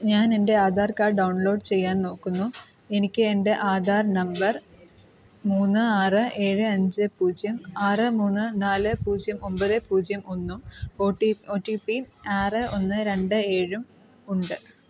ഞാൻ എൻ്റെ Aadhaar card download ചെയ്യാൻ നോക്കുന്നു എനിക്ക് എൻ്റെ ആധാർ നമ്പർ മൂന്ന് ആറ് ഏഴ് അഞ്ച് പൂജ്യം ആറ് മൂന്ന് നാല് പൂജ്യം ഒമ്പത് പൂജ്യം ഒന്നും O T O T P ആറ് ഒന്ന് രണ്ട് ഏഴും ഉണ്ട്